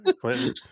Clinton